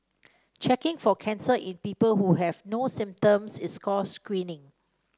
checking for cancer in people who have no symptoms is called screening